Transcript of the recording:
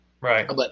right